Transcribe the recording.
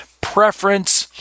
preference